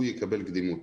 יקבל קדימות.